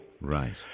Right